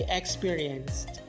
experienced